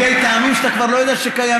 טעמים שאתה כבר לא יודע שקיימים,